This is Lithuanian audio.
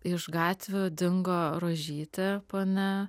iš gatvių dingo rožytė ponia